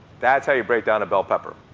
that's how you break down a bell pepper.